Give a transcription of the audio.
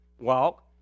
walk